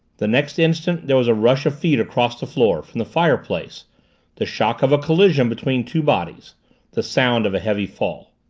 the next instant there was a rush of feet across the floor, from the fireplace the shock of a collision between two bodies the sound of a heavy fall.